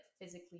physically